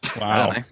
Wow